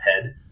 head